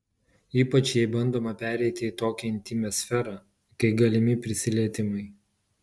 ypač jei bandoma pereiti į tokią intymią sferą kai galimi prisilietimai